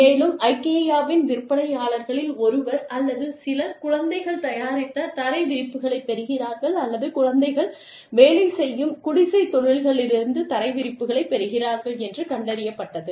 மேலும் ஐகேயாவின் விற்பனையாளர்களில் ஒருவர் அல்லது சிலர் குழந்தைகள் தயாரித்த தரைவிரிப்புகளைப் பெறுகிறார்கள் அல்லது குழந்தைகள் வேலை செய்யும் குடிசைத் தொழில்களிலிருந்து தரைவிரிப்புகளைப் பெறுகிறார்கள் என்று கண்டறியப்பட்டது